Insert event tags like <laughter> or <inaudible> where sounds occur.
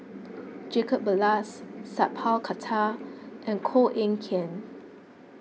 <noise> Jacob Ballas Sat Pal Khattar and Koh Eng Kian